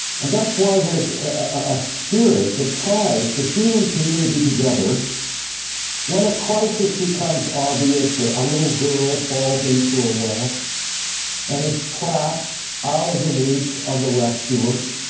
and that's why there's a spirit that ties the human community together when a crisis becomes obvious a a little girl falls into a well and is trapped, out of the reach of the rescuers,